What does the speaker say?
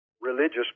religious